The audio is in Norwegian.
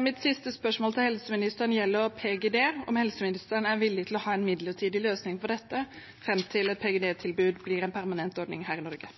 Mitt siste spørsmål til helseministeren gjelder PGD – om helseministeren er villig til å ha en midlertidig løsning på dette fram til PGD-tilbud blir en permanent ordning her i Norge.